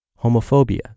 Homophobia